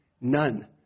None